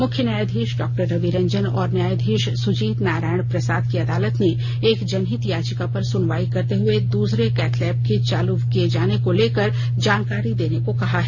मुख्य न्यायधीश डॉ रवि रंजन और न्यायधीश सुजीत नारायण प्रसाद की अदालत ने एक जनहित याचिका पर सुनवाई करते हुए दूसरे कैथलेब के चालू किए जाने को लेकर जानकारी देने को कहा है